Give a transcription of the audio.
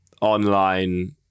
online